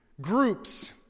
groups